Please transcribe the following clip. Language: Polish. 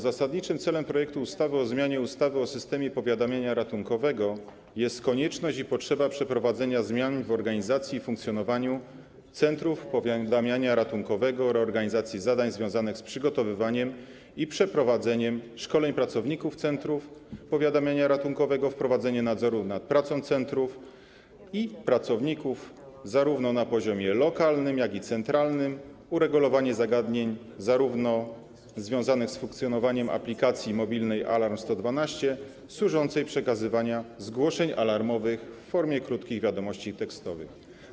Zasadniczym celem projektu ustawy o zmianie ustawy o systemie powiadamiania ratunkowego jest konieczność i potrzeba przeprowadzenia zmian w organizacji i funkcjonowaniu centrów powiadamiania ratunkowego, reorganizacji zadań związanych z przygotowywaniem i przeprowadzeniem szkoleń pracowników centrów powiadamia ratunkowego, wprowadzenie nadzoru nad pracą centrów i ich pracowników zarówno na poziomie lokalnym jak i centralnym, uregulowanie zagadnień związanych z funkcjonowaniem aplikacji mobilnej Alarm112, służącej do przekazywania zgłoszeń alarmowych w formie krótkich wiadomości tekstowych.